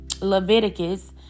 Leviticus